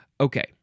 Okay